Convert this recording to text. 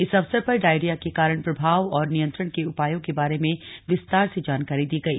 इस अवसर पर डायरिया के कारण प्रभाव और नियंत्रण के उपायों के बारे में विस्तार से जानकारी दी गई